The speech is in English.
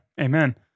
Amen